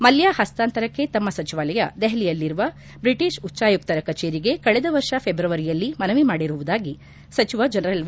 ಮಲ್ಯಾ ಹಸ್ತಾಂತರಕ್ಕೆ ತಮ್ಮ ಸಚಿವಾಲಯ ದೆಹಲಿಯಲ್ಲಿರುವ ಬ್ರಿಟಿಷ್ ಉಚ್ದಾಯುಕ್ತರ ಕಚೇರಿಗೆ ಕಳೆದ ವರ್ಷ ಫೆಬ್ರವರಿಯಲ್ಲಿ ಮನವಿ ಮಾಡಿರುವುದಾಗಿ ಸಚಿವ ಜನರಲ್ ವಿ